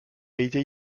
été